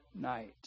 night